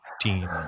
team